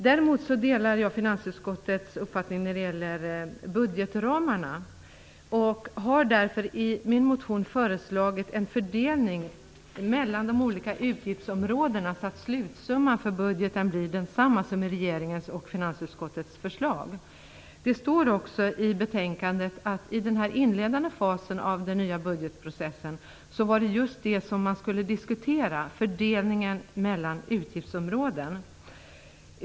Däremot delar jag finansutskottets uppfattning när det gäller budgetramarna och har därför i min motion föreslagit en fördelning mellan de olika utgiftsområdena så att slutsumman för budgeten blir densamma som i regeringens och finansutskottets förslag. Det står också i betänkandet, att i den inledande fasen av budgetprocessen är det just detta som man skall diskutera, dvs. fördelning mellan utgiftsområden.